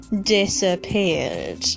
disappeared